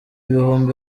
ibihumbi